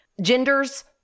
genders